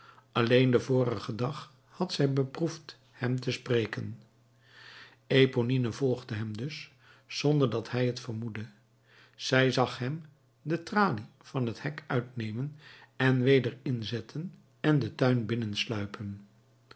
alleen den vorigen dag had zij beproefd hem te spreken eponine volgde hem dus zonder dat hij het vermoedde zij zag hem de tralie van het hek uitnemen en weder inzetten en den tuin